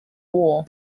war